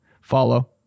follow